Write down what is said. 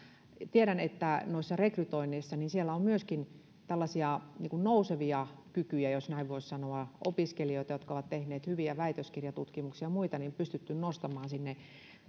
tiedän että noissa rekrytoinneissa on myöskin tällaisia nousevia kykyjä jos näin voi sanoa opiskelijoita jotka ovat tehneet hyviä väitöskirjatutkimuksia ja muita pystytty nostamaan sinne